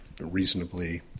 reasonably